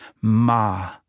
Ma